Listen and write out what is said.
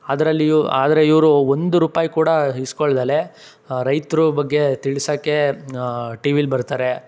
ಅದರಲ್ಲಿ ಇವು ಆದರೆ ಇವರು ಒಂದು ರೂಪಾಯಿ ಕೂಡ ಈಸ್ಕೋಳ್ದಲೇ ರೈತರು ಬಗ್ಗೆ ತಿಳ್ಸೋಕ್ಕೆ ಟಿ ವೀಲಿ ಬರ್ತಾರೆ